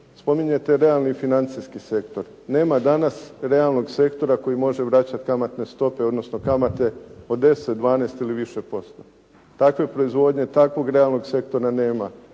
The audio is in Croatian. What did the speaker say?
Spominjete realni financijski sektor. Nema danas realnog sektora koji može vraćati kamatne stope, odnosno kamate od 10, 12 ili više posto. Takve proizvodnje, takvog realnog sektora nema.